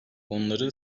onları